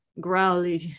growly